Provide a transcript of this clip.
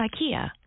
IKEA